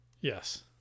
Yes